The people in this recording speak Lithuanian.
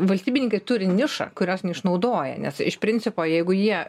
valstybininkai turi nišą kurios neišnaudoja nes iš principo jeigu jie